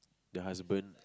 the husband